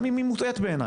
גם אם היא מוטעית בעיניי.